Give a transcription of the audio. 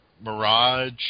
Mirage